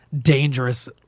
dangerous